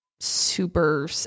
super